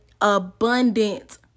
abundant